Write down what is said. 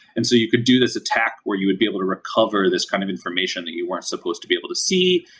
and so you could do this attack where you would be able to recover this kind of information that you weren't supposed to be able to see,